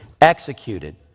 executed